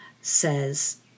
says